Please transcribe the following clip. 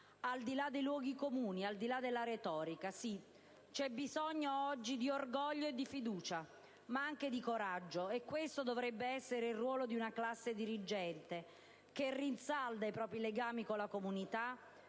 al di là dei luoghi comuni, al di là della retorica. Sì, c'è bisogno oggi di orgoglio e di fiducia, ma anche di coraggio con il quale dovrebbe agire una classe dirigente che rinsalda i propri legami con la comunità,